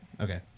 Okay